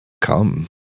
come